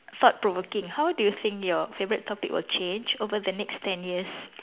thought provoking how do you think your favourite topic will change over the next ten years